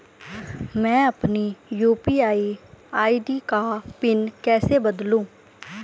मैं अपनी UPI ID का पिन कैसे बदलूं?